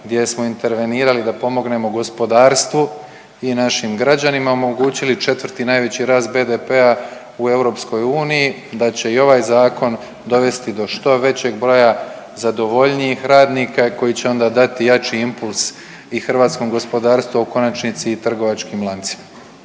gdje smo intervenirali da pomognemo gospodarstvu i našim građanima omogućili četvrti najveći rast BDP-a u EU, da će i ovaj zakon dovesti do što većeg broja zadovoljnijih radnika koji će onda dati jači impuls i hrvatskom gospodarstvu, a u konačnici i trgovačkim lancima.